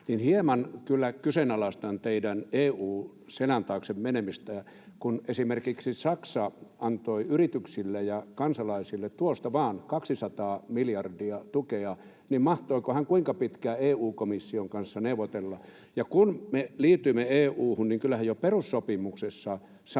Hieman kyllä kyseenalaistan teidän menemistänne EU:n selän taakse. Kun esimerkiksi Saksa antoi yrityksille ja kansalaisille tuosta vaan 200 miljardia tukea, niin mahtoiko se kuinka pitkään EU-komission kanssa neuvotella? Kun me liityimme EU:hun, niin kyllähän jo perussopimuksessa sanotaan,